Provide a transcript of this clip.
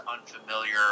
unfamiliar